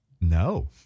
No